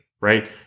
right